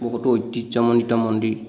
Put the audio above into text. বহুতো ঐতিহ্যমণ্ডিত মন্দিৰ